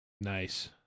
nice